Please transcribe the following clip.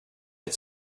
had